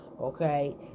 okay